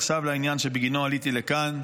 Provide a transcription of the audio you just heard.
עכשיו לעניין שבגינו עליתי לכאן.